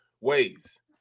ways